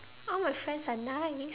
all my friends are nice